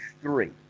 three